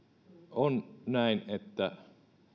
on näin että